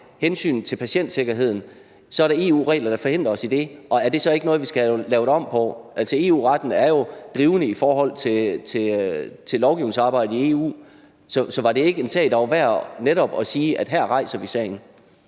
hensynet til patientsikkerheden, er der EU-regler, der forhindrer det. Og er det så ikke noget, vi skal have lavet om på? Altså, EU-retten er jo drivende i forhold til lovgivningsarbejdet i EU. Så var det ikke en sag, det netop var værd at rejse? Kl.